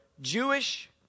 Jewish